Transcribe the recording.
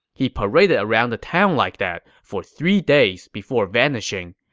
he paraded around the town like that for three days before vanishing.